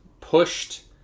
pushed